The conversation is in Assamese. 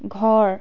ঘৰ